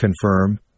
confirm